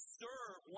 serve